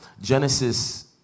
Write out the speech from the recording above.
Genesis